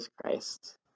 Christ